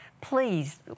Please